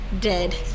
Dead